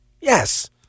Yes